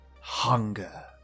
Hunger